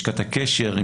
לשכת הקשר,